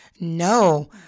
No